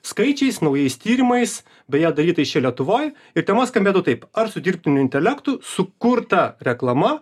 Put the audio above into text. skaičiais naujais tyrimais beje darytais čia lietuvoj ir tema skambėtų taip ar su dirbtiniu intelektu sukurta reklama